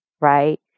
right